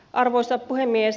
arvoisa puhemies